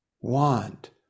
want